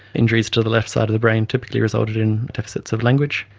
injuries to the left side of the brain typically resulted in deficits of language,